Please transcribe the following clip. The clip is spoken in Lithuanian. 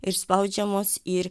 ir spaudžiamos ir